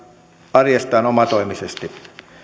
arjestaan omatoimisesti